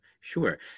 sure